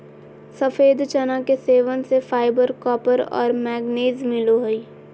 सफ़ेद चना के सेवन से फाइबर, कॉपर और मैंगनीज मिलो हइ